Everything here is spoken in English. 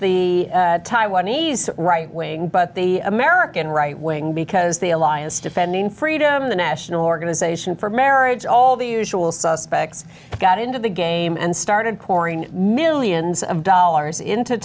the taiwanese right wing but the american right wing because the alliance defending freedom of the national organization for marriage all the usual suspects got into the game and started pouring millions of dollars into